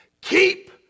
Keep